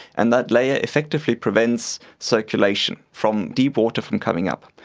and that layer effectively prevents circulation, from deep water from coming up.